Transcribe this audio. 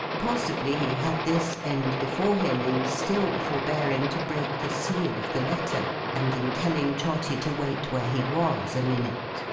possibly he had this end before him in still forbearing to break the seal of the letter, and in telling trotty to wait where he was, a minute.